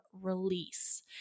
release